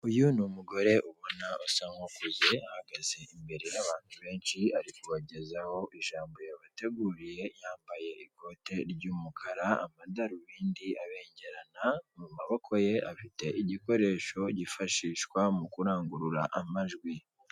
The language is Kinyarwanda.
Uyu ni umugore ubona usa nk'ukuze ahagaze imbere y'abantu benshi ari kubagezaho ijambo yabateguriye yambaye ikote ry'umukara, amadarobindi abengerana mu maboko ye afite igikoresho kifahishwa mu kurangurura amajwi.